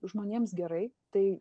žmonėms gerai tai